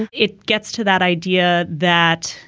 it it gets to that idea that,